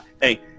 Hey